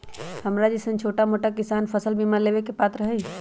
हमरा जैईसन छोटा मोटा किसान फसल बीमा लेबे के पात्र हई?